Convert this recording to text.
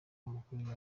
amakuru